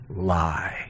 lie